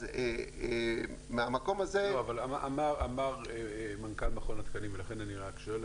אז מהמקום הזה --- אמר מנכ"ל מכון התקנים ולכן אני שואל,